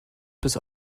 bis